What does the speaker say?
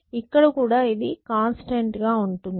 ఇక్కడ కూడా ఇది కాన్స్టాంట్ గా ఉంటుంది